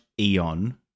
eon